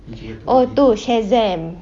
oh tu shazam